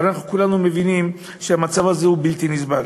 כולנו מבינים שהמצב הזה הוא בלתי נסבל.